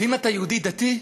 ואם אתה יהודי דתי,